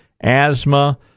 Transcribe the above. asthma